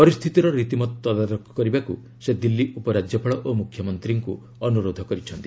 ପରିସ୍ଥିତିର ରୀତିମତ ତଦାରଖ କରିବାକୁ ସେ ଦିଲ୍ଲୀ ଉପରାଜ୍ୟପାଳ ଓ ମୁଖ୍ୟମନ୍ତ୍ରୀଙ୍କୁ ଅନୁରୋଧ କରିଛନ୍ତି